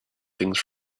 things